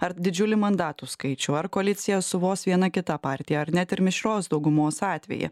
ar didžiulį mandatų skaičių ar koalicija su vos viena kita partija ar net ir mišrios daugumos atveju